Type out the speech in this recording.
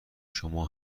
شما